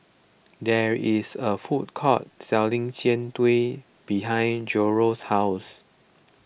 there is a food court selling Jian Dui behind Jairo's house